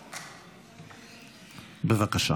בבקשה.